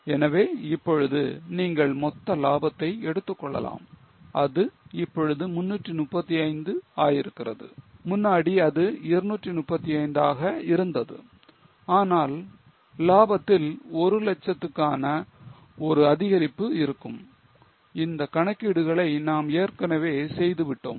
எனவே இப்பொழுது நீங்கள் மொத்த லாபத்தை எடுத்துக் கொள்ளலாம் அது இப்பொழுது 335 ஆகியிருக்கிறது முன்னாடி அது 235 ஆக இருந்தது ஆனால் லாபத்தில் 100000 க்கான ஒரு அதிகரிப்பு இருக்கும் இந்த கணக்கீடுகளை நாம் ஏற்கனவே செய்து விட்டோம்